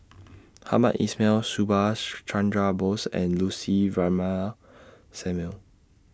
Hamed Ismail Subhas Chandra Bose and Lucy Ratnammah Samuel